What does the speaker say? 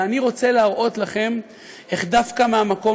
ואני רוצה להראות לכם איך דווקא מהמקום